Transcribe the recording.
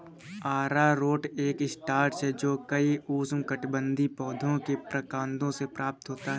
अरारोट एक स्टार्च है जो कई उष्णकटिबंधीय पौधों के प्रकंदों से प्राप्त होता है